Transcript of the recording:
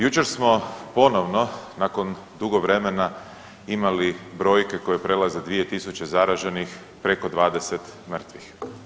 Jučer smo ponovno nakon dugo vremena imali brojke koje prelaze 2.000 zaraženih, preko 20 mrtvih.